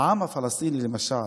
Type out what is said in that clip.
העם הפלסטיני למשל,